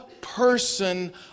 person